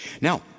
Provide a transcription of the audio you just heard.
now